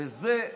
וזה,